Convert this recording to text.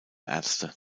ärzte